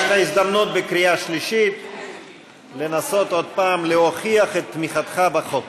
יש לך הזדמנות בקריאה שלישית לנסות עוד פעם להוכיח את תמיכתך בחוק.